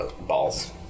balls